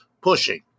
pushing